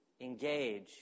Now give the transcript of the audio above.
engage